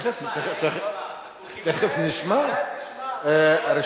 תוסיף אותי, בבקשה.